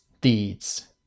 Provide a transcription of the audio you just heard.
deeds